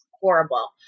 horrible